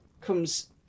comes